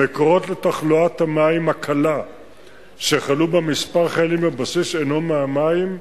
המקור לתחלואת המעיים הקלה שחלו בה כמה חיילים בבסיס אינו מהמים,